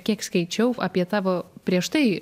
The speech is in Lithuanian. kiek skaičiau apie tavo prieš tai